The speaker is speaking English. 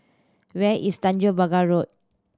where is Tanjong Pagar Road